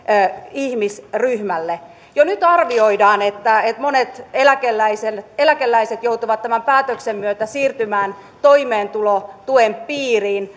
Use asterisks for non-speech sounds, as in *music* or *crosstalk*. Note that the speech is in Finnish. ihmisryhmälle jo nyt arvioidaan että että monet eläkeläiset eläkeläiset joutuvat tämän päätöksen myötä siirtymään toimeentulotuen piiriin *unintelligible*